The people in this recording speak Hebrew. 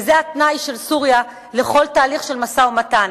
וזה התנאי של סוריה לכל תהליך של משא-ומתן.